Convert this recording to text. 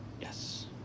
Yes